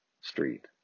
Street